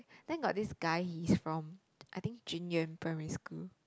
then got this guy he's from I think junior primary school